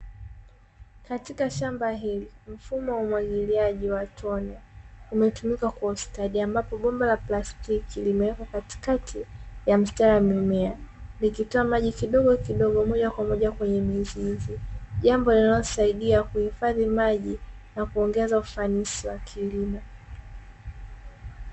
Katika shamba hili mfumo wa umwagiliaji wa matone unatumika kwa ustadi, ambapo bomba la plastiki limewekwa katikati ya mstari wa mimea, likitoa maji kidogokidogo moja kwa moja kwenye mizizi jambo linalosaidia kuhifadhi maji, na kuongeza ufanisi wa kilimo.